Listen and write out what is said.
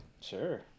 Sure